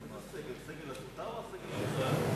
הסגל הזוטר או הסגל הקבוע?